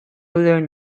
learn